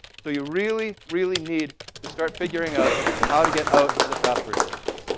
so you really, really need to start figuring out how to get out of the password business.